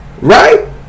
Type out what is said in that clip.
Right